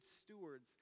stewards